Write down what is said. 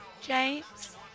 James